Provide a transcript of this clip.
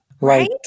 Right